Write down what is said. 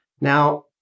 Now